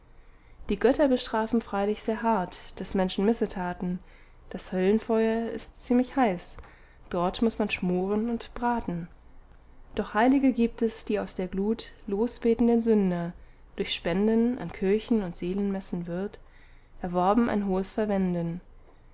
die götter bestrafen freilich sehr hart des menschen missetaten das höllenfeuer ist ziemlich heiß dort muß man schmoren und braten doch heilige gibt es die aus der glut losbeten den sünder durch spenden an kirchen und seelenmessen wird erworben ein hohes verwenden